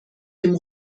dem